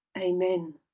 Amen